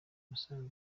musaza